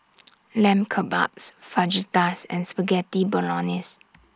Lamb Kebabs Fajitas and Spaghetti Bolognese